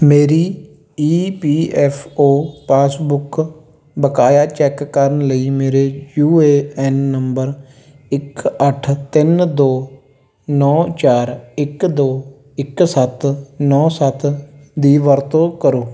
ਮੇਰੀ E P F O passbook ਬਕਾਇਆ check ਕਰਨ ਲਈ ਮੇਰੇ ਯੂ ਏ ਐੱਨ ਨੰਬਰ ਇਕ ਅੱਠ ਤਿੰਨ ਦੋ ਨੌਂ ਚਾਰ ਇੱਕ ਦੋ ਇੱਕ ਸੱਤ ਨੌਂ ਸੱਤ ਦੀ ਵਰਤੋਂ ਕਰੋ